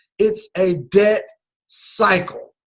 it's a debt cycle.